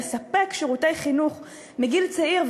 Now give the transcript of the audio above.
לספק שירותי חינוך מגיל צעיר,